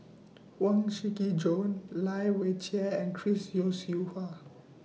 Huang Shiqi Joan Lai Weijie and Chris Yeo Siew Hua